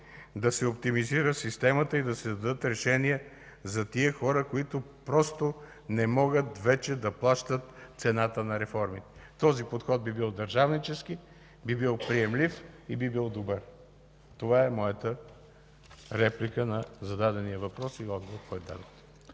да се оптимизира системата и да се дадат решения за хората, които просто не могат вече да плащат цената на реформите. Този подход би бил държавнически, би бил приемлив и би бил добър. Това е моята реплика на зададения въпрос и отговора, който дадохте.